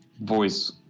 voice